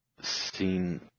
seen